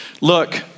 look